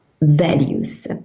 values